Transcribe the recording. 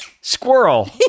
Squirrel